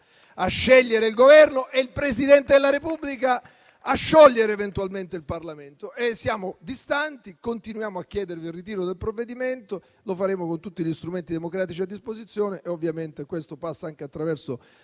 a scegliere il Governo e il Presidente della Repubblica a sciogliere eventualmente il Parlamento. Siamo distanti, continuiamo a chiedervi il ritiro del provvedimento, lo faremo con tutti gli strumenti democratici a disposizione e ovviamente questo passa anche attraverso